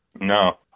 No